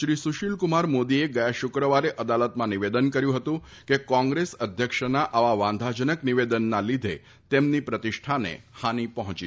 શ્રી સુશીલકુમાર મોદીએ ગયા શુક્રવારે અદાલતમાં નિવેદન કર્યુ હતું કે કોંગ્રેસ અધ્યક્ષના આવા વાંધાજનક નિવેદનના લીધે તેમની પ્રતિષ્ઠાને હાની પહોંચી છે